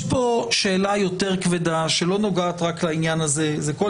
יש פה שאלה יותר כבדה שלא נוגעת רק לעניין הזה וכול